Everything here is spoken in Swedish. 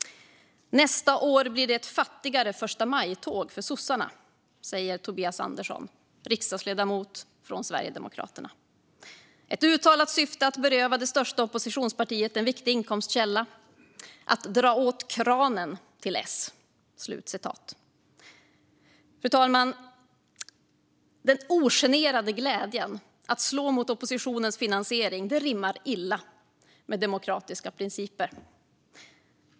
"Nästa år blir det ett fattigare första maj-tåg för sossarna", säger Tobias Andersson, riksdagsledamot från Sverigedemokraterna, i det uttalade syftet att beröva det största oppositionspartiet en viktig inkomstkälla - man "drar åt kranen till S". Fru talman! Den ogenerade glädjen i att slå mot oppositionens finansiering rimmar illa med demokratiska principer.